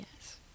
Yes